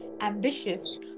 ambitious